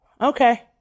Okay